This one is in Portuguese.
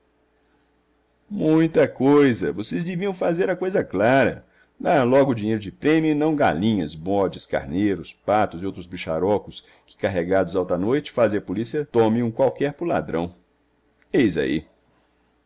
muita coisa vocês deviam fazer a coisa clara dar logo o dinheiro de prêmio e não galinhas bodes carneiros patos e outros bicharocos que carregados alta noite fazem a polícia tome um qualquer por ladrão eis aí